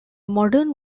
modern